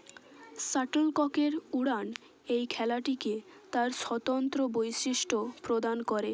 shuttle কর্কের উড়ান এই খেলাটিকে তার স্বতন্ত্র বৈশিষ্ট্য প্রদান করে